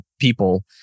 people